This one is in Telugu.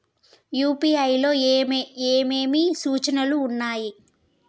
యూ.పీ.ఐ లో ఏమేమి సూచనలు ఉన్నాయి?